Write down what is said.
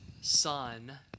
son